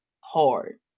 hard